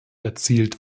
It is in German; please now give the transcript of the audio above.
erzielt